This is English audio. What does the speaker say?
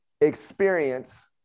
experience